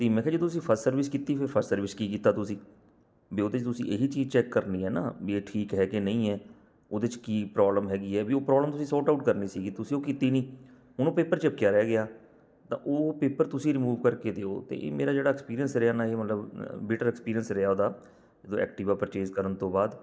ਅਤੇ ਮੈਂ ਕਿਹਾ ਜੀ ਤੁਸੀਂ ਫਸਟ ਸਰਵਿਸ ਕੀਤੀ ਫਿਰ ਫਸਟ ਸਰਵਿਸ ਕੀ ਕੀਤਾ ਤੁਸੀਂ ਵੀ ਉਹਦੇ 'ਚ ਤੁਸੀਂ ਇਹੀ ਚੀਜ਼ ਚੈੱਕ ਕਰਨੀ ਹੈ ਨਾ ਵੀ ਇਹ ਠੀਕ ਹੈ ਕਿ ਨਹੀਂ ਹੈ ਉਹਦੇ 'ਚ ਕੀ ਪ੍ਰੋਬਲਮ ਹੈਗੀ ਹੈ ਵੀ ਉਹ ਪ੍ਰੋਬਲਮ ਤੁਸੀਂ ਸੋਟ ਆਊਟ ਕਰਨੀ ਸੀਗੀ ਤੁਸੀਂ ਉਹ ਕੀਤੀ ਨਹੀਂ ਹੁਣ ਉਹ ਪੇਪਰ ਚਿਪਕਿਆ ਰਹਿ ਗਿਆ ਤਾਂ ਉਹ ਪੇਪਰ ਤੁਸੀਂ ਰਿਮੂਵ ਕਰਕੇ ਦਿਓ ਅਤੇ ਇਹ ਮੇਰਾ ਜਿਹੜਾ ਐਕਸਪੀਰੀਅੰਸ ਰਿਹਾ ਨਾ ਇਹ ਮਤਲਬ ਬੀਟਰ ਐਕਸਪੀਰੀਅੰਸ ਰਿਹਾ ਉਹਦਾ ਜਦੋਂ ਐਕਟੀਵਾ ਪਰਚੇਸ ਕਰਨ ਤੋਂ ਬਾਅਦ